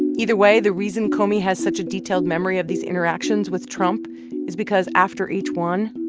either way, the reason comey has such a detailed memory of these interactions with trump is because after each one,